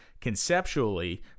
Conceptually